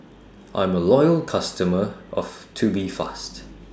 I'm A Loyal customer of Tubifast